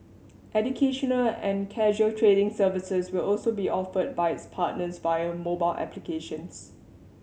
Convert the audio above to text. educational and casual trading services will also be offered by its partners via mobile applications